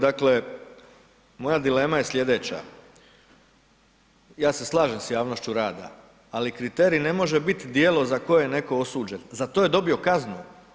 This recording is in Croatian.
Dakle, moja dilema je sljedeća, ja se slažem s javnošću rada, ali kriterij ne može biti djelo za koje je neko osuđen, za to je dobio kaznu.